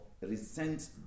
resent